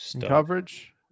Coverage